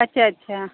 अच्छा अच्छा